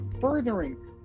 furthering